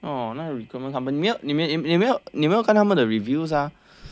哦那 recruitment company 你有没有看他们的 reviews ah